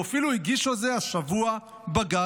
הוא אפילו הגיש על זה השבוע בג"ץ.